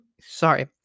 sorry